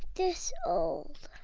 this old.